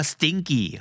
Stinky